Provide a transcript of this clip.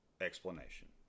Explanation